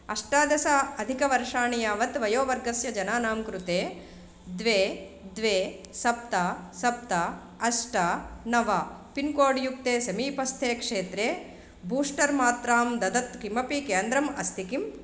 अष्टादशाधिकवर्षाणि यावत् वयोवर्गस्य जनानां कृते द्वे द्वे सप्त सप्त अष्ट नव पिन्कोड् युक्ते समीपस्थे क्षेत्रे बूस्टर् मात्रां ददत् किमपि केन्द्रम् अस्ति किम्